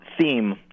theme